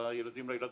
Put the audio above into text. לילדים ולילדות,